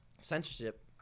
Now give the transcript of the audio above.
Censorship